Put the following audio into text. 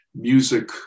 music